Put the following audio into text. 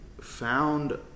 found